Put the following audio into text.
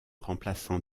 remplaçant